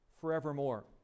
forevermore